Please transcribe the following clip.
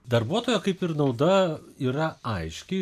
darbuotojo kaip ir nauda yra aiški